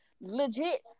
legit